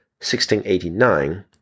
1689